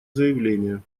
заявление